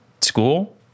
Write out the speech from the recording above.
school